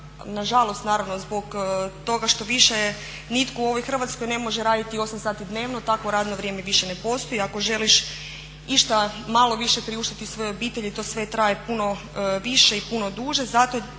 na žalost naravno zbog toga što više nitko u ovoj Hrvatskoj ne može raditi 8 sati dnevno, takvo radno vrijeme više ne postoji. Ako želiš išta malo više priuštiti svojoj obitelji to sve traje puno više i puno duže.